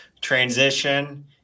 transition